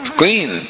clean